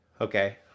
Okay